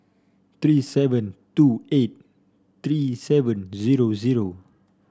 three seven two eight three seven zero zero